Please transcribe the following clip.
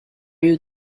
you